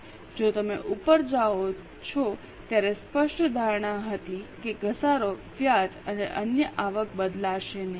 જો તમે ઉપર જાઓ છો ત્યારે સ્પષ્ટ ધારણા હતી કે ઘસારો વ્યાજ અને અન્ય આવક બદલાશે નહીં